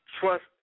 Trust